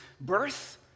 birth